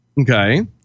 Okay